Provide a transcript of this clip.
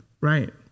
Right